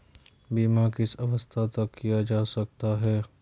बीमा किस अवस्था तक किया जा सकता है?